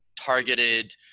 targeted